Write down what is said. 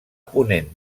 ponent